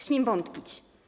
Śmiem wątpić.